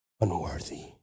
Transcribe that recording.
unworthy